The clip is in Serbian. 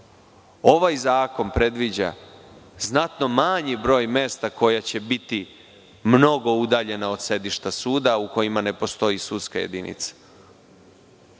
Ovaj zakon predviđa znatno manji broj mesta koja će biti mnogo udaljena od sedišta suda u kojima ne postoji sudska jedinica.